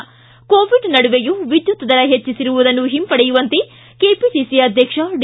ಿಗ Covid ನಡುವೆಯೂ ವಿದ್ಯುತ್ ದರ ಹೆಚ್ಚಿಸಿರುವುದನ್ನು ಹಿಂಪಡೆಯುವಂತೆ ಕೆಪಿಸಿಸಿ ಅಧ್ಯಕ್ಷ ಡಿ